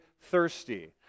thirsty